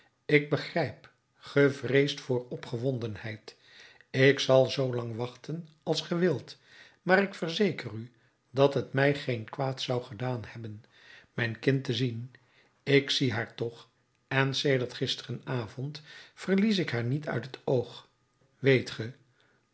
ik begrijp ge vreest voor opgewondenheid ik zal zoo lang wachten als ge wilt maar ik verzeker u dat het mij geen kwaad zou gedaan hebben mijn kind te zien ik zie haar toch en sedert gisterenavond verlies ik haar niet uit het oog